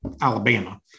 Alabama